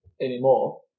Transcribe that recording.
Anymore